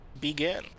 begin